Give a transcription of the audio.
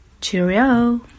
Cheerio